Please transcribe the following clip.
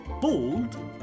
Bald